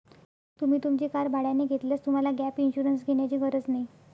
तुम्ही तुमची कार भाड्याने घेतल्यास तुम्हाला गॅप इन्शुरन्स घेण्याची गरज नाही